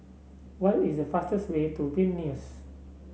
what is the fastest way to Vilnius